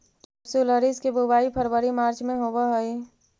केपसुलरिस के बुवाई फरवरी मार्च में होवऽ हइ